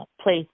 place